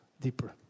Deeper